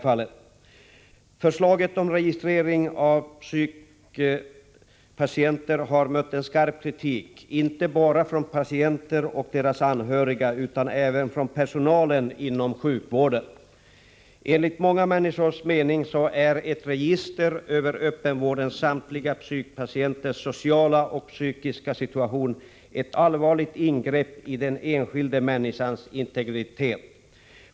Förslaget om registrering av psykpatienter har mött skarp kritik, inte bara från patienter och deras anhöriga utan även från personalen inom sjukvården. Enligt många människors mening innebär ett register över öppenvårdens samtliga psykpatienters sociala och psykiska situation ett allvarligt ingrepp i den enskilda människans integritet.